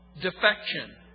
defection